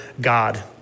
God